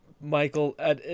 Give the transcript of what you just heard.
Michael